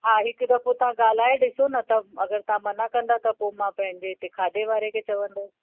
हा हिकु दफ़ो तव्हां ॻाल्हाए ॾिसो न त अगरि तव्हां मना कंदा त पोइ मां पंहिंजे हिते खाधे वारे खे चवंदसि